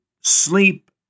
sleep